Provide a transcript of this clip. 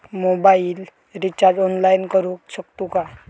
Mobile recharge online करुक शकतू काय?